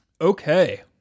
Okay